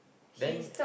then